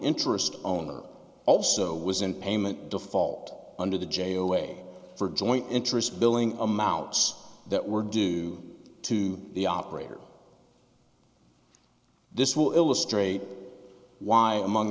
interest owner also was in payment default under the j o way for joint interest billing amounts that were due to the operator this will illustrate why among